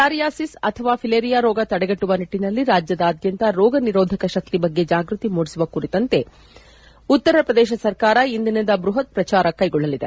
filariasis ಅಥವಾ filaria ರೋಗ ತಡೆಗಟ್ಟುವ ನಿಟ್ಟನಲ್ಲಿ ರಾಜ್ಯದಾದ್ಯಂತ ರೋಗ ನಿರೋಧಕ ಶಕ್ತಿ ಬಗ್ಗೆ ಜಾಗ್ಬತಿ ಮೂಡಿಸುವ ಕುರಿತಂತೆ ಉತ್ತರ ಪ್ರದೇಶ ಸರ್ಕಾರ ಇಂದಿನಿಂದ ಬ್ಬಹತ್ ಪ್ರಚಾರ ಕೈಗೊಳ್ಳಲಿದೆ